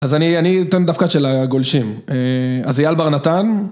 אז אני אתן דווקא את של הגולשים, אזי אייל בר נתן